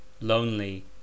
lonely